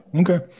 okay